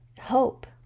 hope